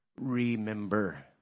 remember